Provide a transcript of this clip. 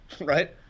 right